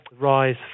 rise